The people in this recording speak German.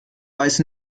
weiß